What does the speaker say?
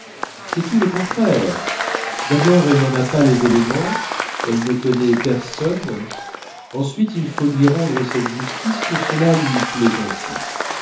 c'est tout le contraire d'abord elle n'en a pas les éléments elle ne connaît personne ensuite il faut lui rendre cette justice que cela lui plaît ainsi